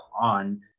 on